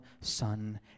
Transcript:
Son